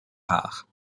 rare